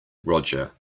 roger